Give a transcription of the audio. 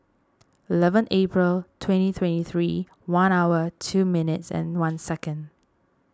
eleven April twenty twenty three one hour two minutes and one second